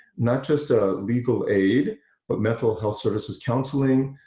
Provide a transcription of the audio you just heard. not just a legal aid but mental health services counseling,